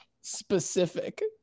specific